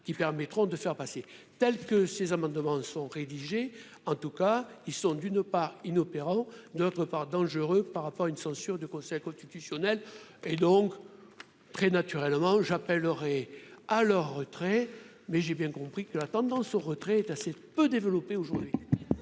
qui permettront de faire passer telle que ces amendements sont rédigées en tout cas, ils sont d'une part, inopérant, d'autre part, dangereux par rapport à une censure du Conseil constitutionnel et donc très naturellement j'appellerai à leur retrait, mais j'ai bien compris que la tendance au retrait est assez peu développé aujourd'hui.